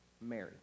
Mary